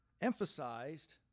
emphasized